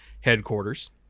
headquarters